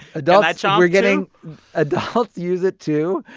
adults um we're getting adults use it, too,